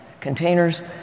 containers